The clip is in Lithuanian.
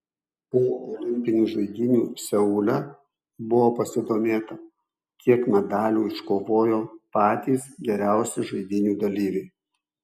po olimpinių žaidynių seule buvo pasidomėta kiek medalių iškovojo patys geriausi žaidynių dalyviai